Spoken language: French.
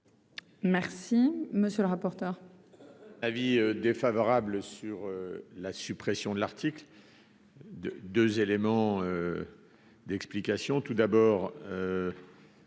Merci, monsieur le rapporteur.